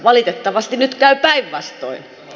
valitettavasti nyt käy päinvastoin